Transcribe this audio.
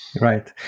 Right